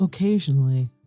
Occasionally